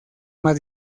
más